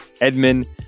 Edmund